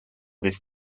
this